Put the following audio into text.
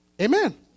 Amen